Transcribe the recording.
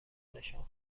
نشان